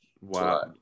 wow